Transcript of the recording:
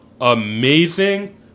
amazing